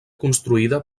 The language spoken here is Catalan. construïda